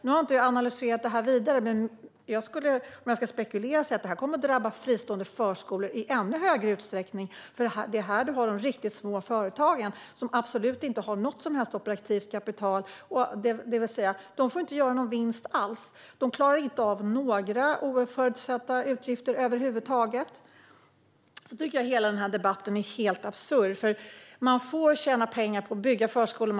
Nu har jag inte analyserat det här vidare, men för att spekulera skulle jag säga att det här kommer att drabba fristående förskolor i ännu större utsträckning, eftersom det är här de riktigt små företagen finns. De har absolut inte något som helst operativt kapital. De får alltså inte göra någon vinst alls. De klarar inte av några oförutsedda utgifter över huvud taget. Jag tycker att hela den här debatten är helt absurd. Man får tjäna pengar på att bygga förskolor.